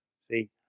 See